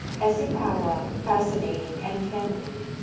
essipowa fascinating and feminine,